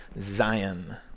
Zion